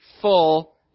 full